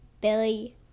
billy